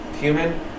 human